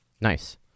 Nice